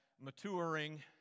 maturing